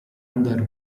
andar